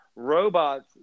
Robots